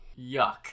yuck